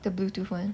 the bluetooth [one]